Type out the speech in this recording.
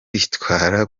yitwara